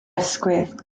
ysgwydd